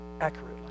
accurately